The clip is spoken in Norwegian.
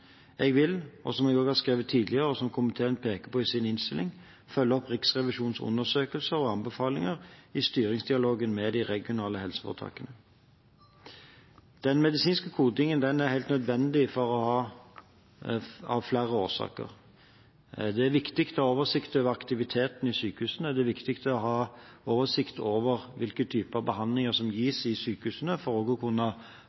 Jeg vil – som jeg også har skrevet tidligere, og som komiteen peker på i sin innstilling – følge opp Riksrevisjonens undersøkelser og anbefalinger i styringsdialogen med de regionale helseforetakene. Den medisinske kodingen er helt nødvendig av flere årsaker. Det er viktig å ha oversikt over aktiviteten i sykehusene. Det er viktig å ha oversikt over hvilke typer behandlinger som